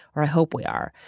or i hope we are,